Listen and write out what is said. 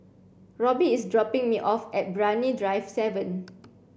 Robby is dropping me off at Brani Drive seven